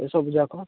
ଏସବୁ ଯାକ